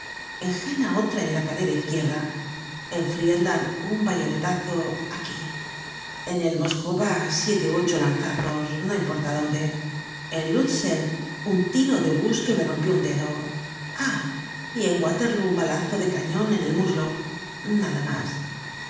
en jena otra en la cadera izquierda en friedland un bayonetazoaquí en el moskowa siete ú ocho lanzazos no importa dónde en lutzen un tiro de obús que me rompió un dedo ah y en waterlóo un balazo de cañon en el muslo nada mas